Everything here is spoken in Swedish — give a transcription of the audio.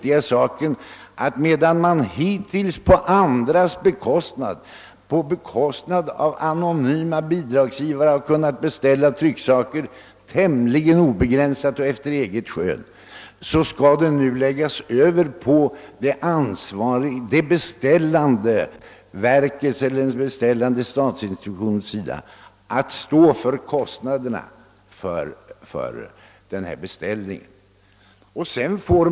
Medan man hittills på bekostnad av andra, anonyma betalare har kunnat beställa trycksaker i tämligen obegränsad utsträckning och efter eget skön, skall kostnaderna för beställningarna nu läggas över på det beställande verket eller den beställande statsinstitutionen.